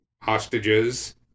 hostages